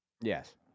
Yes